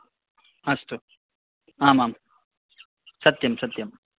अस्तु आम् आम् सत्यम् सत्यम्